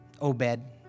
Obed